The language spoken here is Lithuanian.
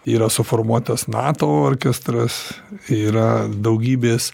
yra suformuotas nato orkestras yra daugybės